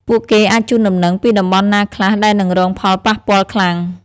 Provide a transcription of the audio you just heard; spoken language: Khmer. ពួកគេអាចជូនដំណឹងពីតំបន់ណាខ្លះដែលនឹងរងផលប៉ះពាល់ខ្លាំង។